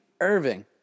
Irving